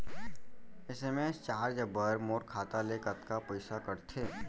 SMS charge बर मोर खाता ले कतका पइसा कटथे?